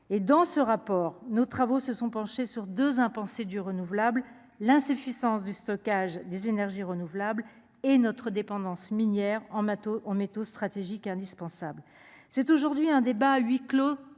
et dans ce rapport, nos travaux se sont penchés sur 2 impensé du renouvelable, l'insuffisance du stockage des énergies renouvelables et notre dépendance minière en bateau, on métaux stratégiques indispensable, c'est aujourd'hui un débat à huis clos,